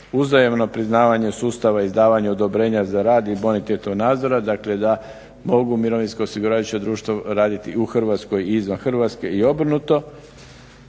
uzajamno priznavanje sustava izdavanja odobrenja za rad i bonitetnog nadzora, dakle da mogu mirovinska osiguravajuća društva raditi u Hrvatskoj i izvan Hrvatske i obrnuto.